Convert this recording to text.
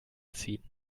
ziehen